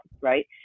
right